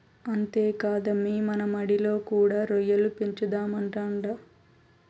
అంతేకాదమ్మీ మన మడిలో కూడా రొయ్యల పెంచుదామంటాండా